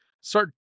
start